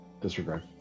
Disregard